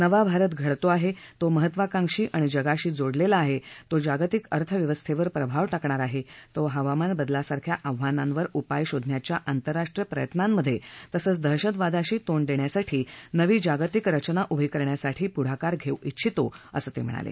नवा भारत घडतो आहे तो महत्वाकांक्षी आणि जगाशी जोडलेला आहे तो जागतिक अर्थव्यवस्थेवर प्रभाव टाकणार आहे तो हवामान बदलासारख्या आव्हानावर उपाया शोधण्यांच्या आतंरराष्ट्रीय प्रयत्नामधे तसंच दहशतवादाशी तोंड देण्यासाठी नवी जागतिक रचना उभी करण्यासाठी पुढाकार घेऊ ष्टिछ्तो असं ते म्हणाले